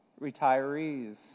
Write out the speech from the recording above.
Retirees